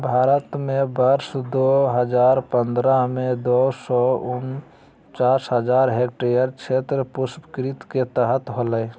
भारत में वर्ष दो हजार पंद्रह में, दो सौ उनचास हजार हेक्टयेर क्षेत्र पुष्पकृषि के तहत होले